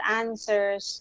answers